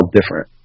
different